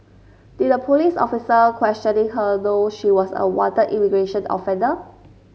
did the police officer questioning her know she was a wanted immigration offender